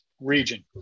region